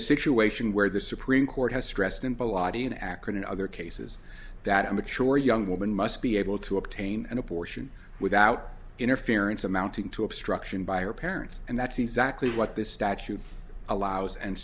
a situation where the supreme court has stressed in body in akron and other cases that a mature young woman must be able to obtain an abortion without interference amounting to obstruction by her parents and that's exactly what this statute allows and